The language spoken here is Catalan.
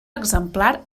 exemplar